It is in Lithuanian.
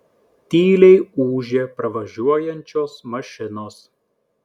tyliai ūžia pravažiuojančios mašinos